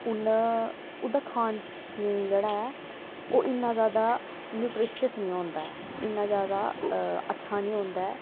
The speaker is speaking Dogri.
कुन ओह्दा खान जेह्ड़ा ऐ ओह् इन्ना जादा न्यूट्रिशियन्स निं होंदा ऐ इन्ना जादा अच्छा निं होंदा ऐ